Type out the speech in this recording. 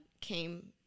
came